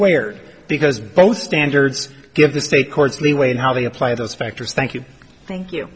ed because both standards give the state courts leeway in how they apply those factors thank you thank you